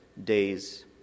days